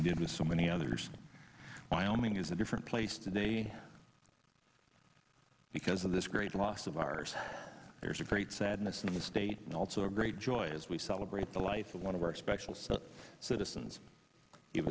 he did with so many others wyoming is a different place today because of this great loss of ours there's a great sadness in the state and also a great joy as we celebrate the life of one of our special so citizens